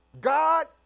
God